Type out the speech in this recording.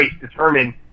determine